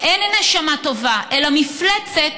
אין נשמה טובה אלא מפלצת,